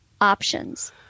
options